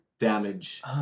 damage